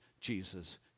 Jesus